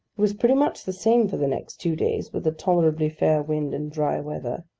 was pretty much the same for the next two days, with a tolerably fair wind and dry weather.